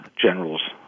general's